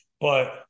But-